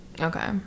Okay